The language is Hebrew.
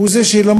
הוא זה שלמחרת,